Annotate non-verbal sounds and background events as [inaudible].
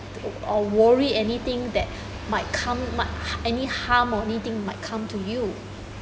t~ or worry of anything that [breath] might come might [breath] any harm or anything might come to you